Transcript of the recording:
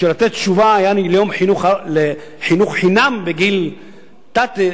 בשביל לתת תשובה לחינוך חינם בגיל תת-יסודי,